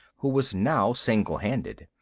who was now single-handed.